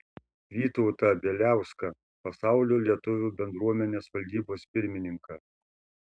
vytautą bieliauską pasaulio lietuvių bendruomenės valdybos pirmininką